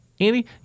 Andy